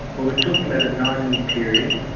we're talking about a nine year period.